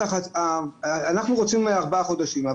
אנחנו רוצים ארבעה חודשים,